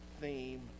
theme